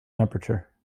temperature